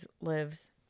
lives